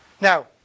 Now